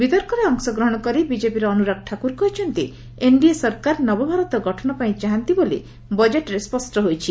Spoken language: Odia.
ବିତର୍କରେ ଅଂଶଗ୍ରହଣ କରି ବିଜେପିର ଅନୁରାଗ ଠାକୁର କହିଛନ୍ତି ଏନ୍ଡିଏ ସରକାର ନବ ଭାରତ ଗଠନ ପାଇଁ ଚାହାନ୍ତି ବୋଲି ବଜେଟ୍ରେ ସ୍ୱଷ୍ଟ ହୋଇଛି